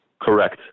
Correct